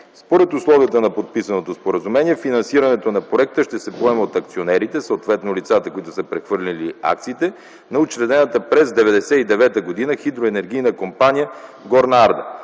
Според условията на подписаното споразумение, финансирането на проекта ще се поеме от акционерите, съответно лицата, които са прехвърлили акциите на учредената през 1999 г. Хидроенергийна компания „Горна Арда”,